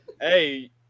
hey